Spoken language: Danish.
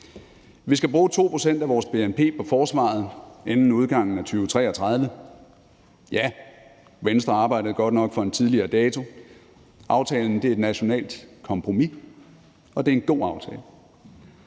Vi skal bruge 2 pct. af vores bnp på forsvaret inden udgangen af 2033 – ja, Venstre arbejdede godt nok for en tidligere dato. Aftalen er et nationalt kompromis, og det er en god aftale.